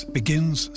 begins